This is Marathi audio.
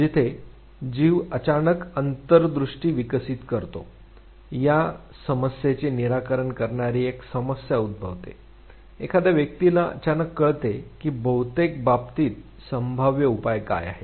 जिथे जीव अचानक अंतर् दृष्टी विकसित करतो त्या समस्येचे निराकरण करणारी एक समस्या उद्भवते एखाद्या व्यक्तीला अचानक कळते की बहुतेक बाबतीत संभाव्य उपाय काय आहे